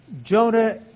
Jonah